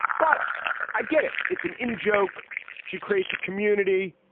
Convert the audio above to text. but i get it. it's an in-joke. she creates a community.